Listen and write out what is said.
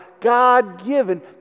God-given